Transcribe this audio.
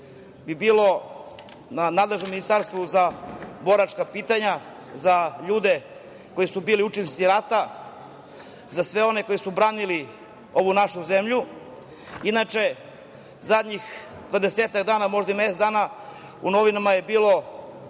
bi bilo nadležnom Ministarstvo za boračka pitanja, za ljudi koji su bili učesnici rata, za sve one koji su branili ovu našu zemlju. Inače, zadnjih dvadesetak dana, možda i mesec dana u novinama je bio